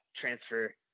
transfer